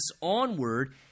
onward